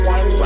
One